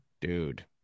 Dude